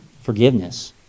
forgiveness